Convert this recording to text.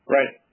Right